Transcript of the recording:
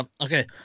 okay